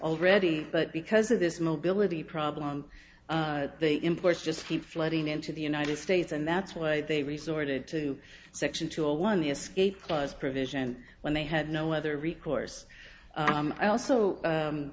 already but because of this mobility problem the imports just keep flooding into the united states and that's why they resorted to section two or one the escape clause provision when they had no other recourse i also